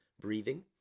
breathing